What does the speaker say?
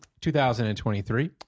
2023